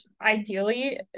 ideally